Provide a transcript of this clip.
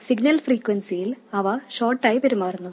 signal ഫ്രീക്വൻസിയിൽ അവ short ആയി പെരുമാറുന്നു